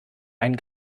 einen